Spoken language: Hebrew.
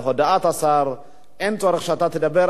בהודעת השר אין צורך שאתה תדבר,